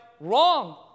Wrong